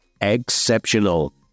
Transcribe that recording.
exceptional